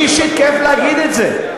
לי אישית כיף להגיד את זה,